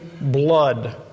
blood